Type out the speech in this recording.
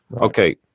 Okay